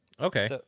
okay